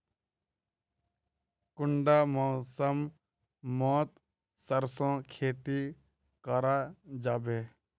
कुंडा मौसम मोत सरसों खेती करा जाबे?